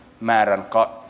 määrän